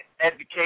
education